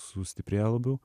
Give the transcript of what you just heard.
sustiprėja labiau